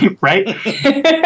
right